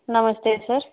నమస్తే సార్